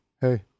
hey